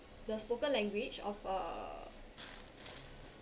the spoken language of uh